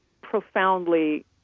profoundly